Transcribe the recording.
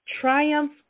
triumph